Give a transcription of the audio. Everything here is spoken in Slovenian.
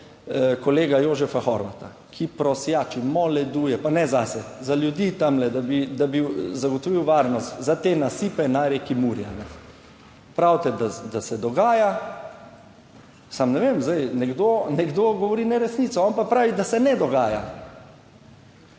kolega Jožefa Horvata, ki prosjači, moleduje, pa ne zase, za ljudi tamle, da bi zagotovil varnost za te nasipe na reki Muri. Pravite, da se dogaja. Samo, ne vem zdaj nekdo, nekdo govori neresnico, on pa pravi, da se ne dogaja.